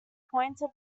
pointed